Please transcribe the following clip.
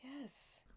yes